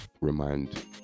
remind